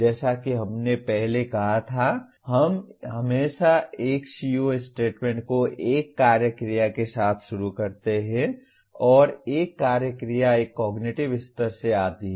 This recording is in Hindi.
जैसा कि हमने पहले कहा था हम हमेशा एक CO स्टेटमेंट को एक कार्य क्रिया के साथ शुरू करते हैं और एक कार्य क्रिया एक कॉग्निटिव स्तर से आती है